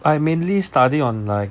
I mainly study on like